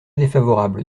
défavorable